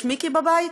יש מיקי בבית?